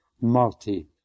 multi